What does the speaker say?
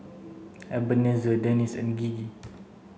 Ebenezer Dennis and Gigi